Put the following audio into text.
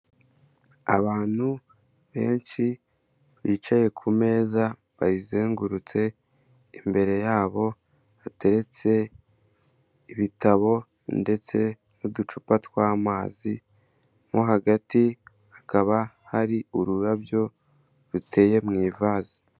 Abantu benshi bicaye ku meza bayizengurutse imbere yabo hateretse ibitabo ndetse n'uducupa tw'amazi mo hagati hakaba hari ururabyo ruteye mu ivaze.